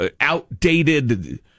outdated